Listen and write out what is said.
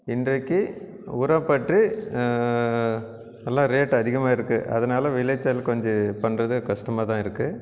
இன்றைக்கு உரப்பற்று நல்லா ரேட் அதிகமாக இருக்குது அதனால விளைச்சல் கொஞ்சம் பண்ணுறது கஷ்டமாக தான் இருக்குது